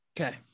okay